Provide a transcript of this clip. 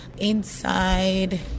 Inside